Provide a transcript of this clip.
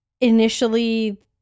initially